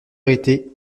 arrêté